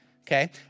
okay